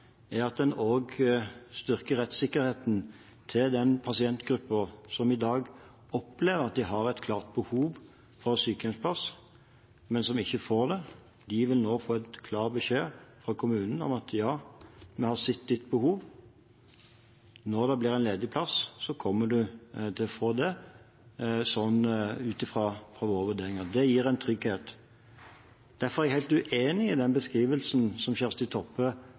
er at en også styrker rettssikkerheten til den pasientgruppen som i dag opplever at de har et klart behov for sykehjemsplass, men som ikke får det. De vil nå få en klar beskjed fra kommunen om at: Ja, vi har sett ditt behov. Når det blir en ledig plass, kommer du til å få det, ut ifra våre vurderinger. Det gir en trygghet. Derfor er jeg helt uenig i den beskrivelsen som Kjersti Toppe